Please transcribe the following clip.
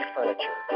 Furniture